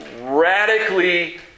radically